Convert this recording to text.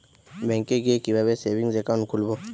ব্যাঙ্কে গিয়ে কিভাবে সেভিংস একাউন্ট খুলব?